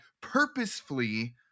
purposefully